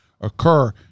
occur